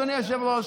אדוני היושב-ראש,